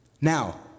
Now